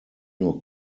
nur